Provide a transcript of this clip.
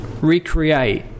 recreate